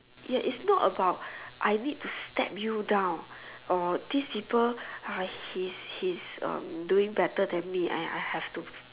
ya it's not about I need to step you down or these people he he's um doing better than me I I have to